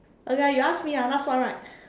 okay ah you ask me ah last one right